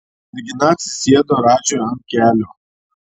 mergina atsisėdo radžiui ant kelių